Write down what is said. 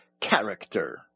character